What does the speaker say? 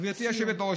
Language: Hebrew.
גברתי היושבת-ראש,